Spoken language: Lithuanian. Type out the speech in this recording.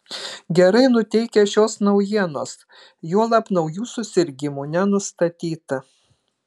gerai nuteikia šios naujienos juolab naujų susirgimų nenustatyta